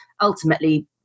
ultimately